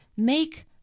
Make